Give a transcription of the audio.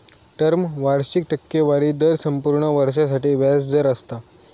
term वार्षिक टक्केवारी दर संपूर्ण वर्षासाठी व्याज दर असता